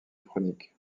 chronique